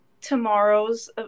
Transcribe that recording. tomorrow's